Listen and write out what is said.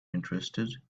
interested